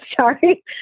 Sorry